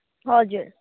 हजुर